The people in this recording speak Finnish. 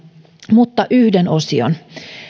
mutta yhden osion